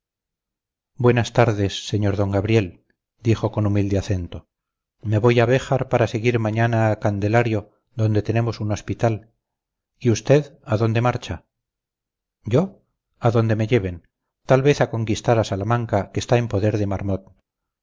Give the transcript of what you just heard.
buenas tardes sr d gabriel dijo con humilde acento me voy a béjar para seguir mañana a candelario donde tenemos un hospital y usted a dónde marcha yo a donde me lleven tal vez a conquistar a salamanca que está en poder de marmont